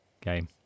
game